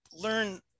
learn